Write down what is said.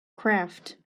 craft